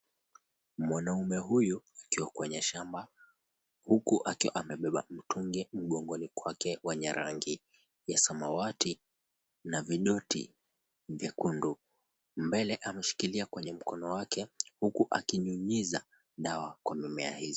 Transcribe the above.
Mwanamme huyu akiwa kwenye shamba, huku akiwa amebeba mtungi mgongoni kwake wenye rangi ya samawati na vidoti vekundu, mbele ameshikilia kwenye mkono wake, huku akinyunyizia dawa kwa mimea hizo.